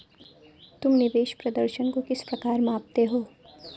तुम निवेश प्रदर्शन को किस प्रकार मापते हो?